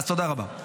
תודה רבה.